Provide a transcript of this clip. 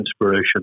inspiration